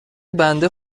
بنده